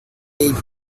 aid